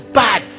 bad